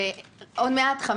עוד מעט 15